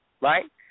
right